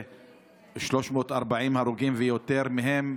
340 הרוגים ויותר, ומהם,